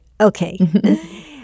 Okay